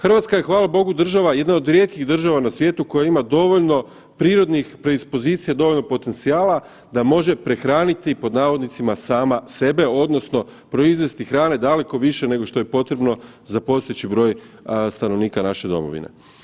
Hrvatska je hvala Bogu država, jedna od rijetkih država na svijetu koja ima dovoljno prirodnih predispozicija dovoljno potencijala da može prehraniti pod navodnicima sama sebe, odnosno proizvesti hrane daleko više nego što je potrebno za postojeći broj stanovnika naše domovine.